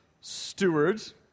Stewards